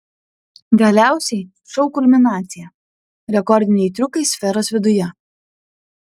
galiausiai šou kulminacija rekordiniai triukai sferos viduje